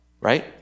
right